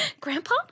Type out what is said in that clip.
Grandpa